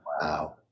Wow